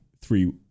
three